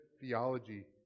theology